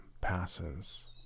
passes